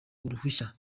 uruhushya